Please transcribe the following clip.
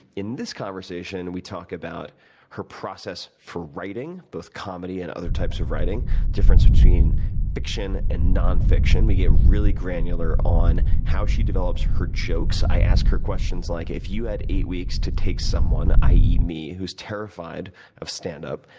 in this conversation, we talk about her process for writing, both comedy and other types of writing, the difference between fiction and nonfiction. we get really granular on how she develops her jokes. i ask her questions like, if you had eight weeks to take someone, i e. me, who's terrified of standup,